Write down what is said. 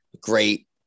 great